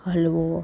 હલવો